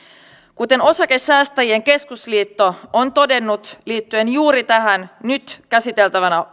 kuten osakesäästäjien keskusliitto on todennut liittyen juuri tähän nyt käsiteltävänä